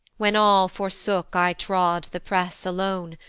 when all forsook i trod the press alone,